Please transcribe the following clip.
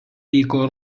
vyko